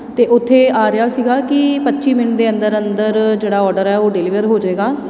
ਅਤੇ ਉੱਥੇ ਆ ਰਿਹਾ ਸੀਗਾ ਕਿ ਪੱਚੀ ਮਿੰਟ ਦੇ ਅੰਦਰ ਅੰਦਰ ਜਿਹੜਾ ਔਡਰ ਹੈ ਉਹ ਡਿਲੀਵਰ ਹੋ ਜਾਵੇਗਾ